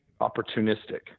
opportunistic